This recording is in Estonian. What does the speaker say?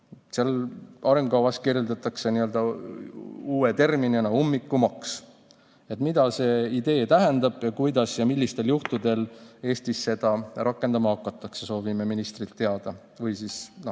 Arengukavas kirjeldatakse uue terminina "ummikumaksu". Mida see idee tähendab ning kuidas ja millistel juhtudel Eestis seda rakendama hakatakse, soovime ministrilt teada. Või siis